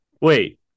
wait